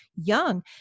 young